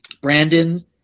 Brandon